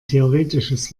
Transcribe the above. theoretisches